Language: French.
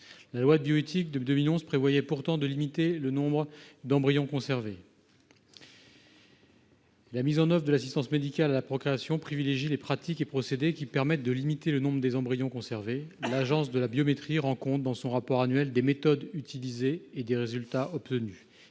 la loi de bioéthique de 2011 a prévu de limiter le nombre d'embryons conservés :« La mise en oeuvre de l'assistance médicale à la procréation privilégie les pratiques et procédés qui permettent de limiter le nombre des embryons conservés. L'Agence de la biomédecine rend compte, dans son rapport annuel, des méthodes utilisées et des résultats obtenus.